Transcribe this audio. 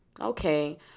okay